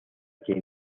que